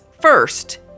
first